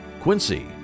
Quincy